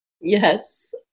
Yes